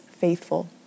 faithful